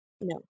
no